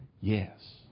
Yes